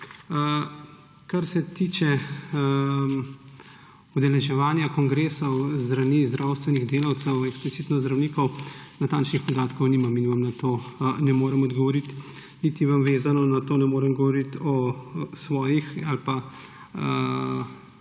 Kar se tiče udeleževanja kongresov s strani zdravstvenih delavcev, eksplicitno zdravnikov, natančnih podatkov nimam in vam na to ne morem odgovoriti. Niti vam, vezano na to, ne morem odgovoriti o svojih ali pa